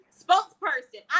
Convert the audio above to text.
spokesperson